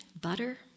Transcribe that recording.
butter